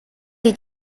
dei